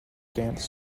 dance